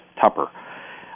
Tupper